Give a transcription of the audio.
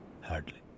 Hardly